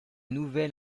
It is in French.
nouvel